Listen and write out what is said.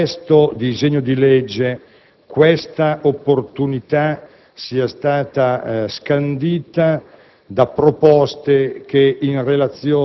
Quindi, ritengo che nel disegno di legge questa opportunità sia stata scandita